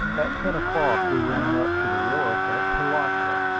at ten o'clock we ran up to the wharf at pilatka.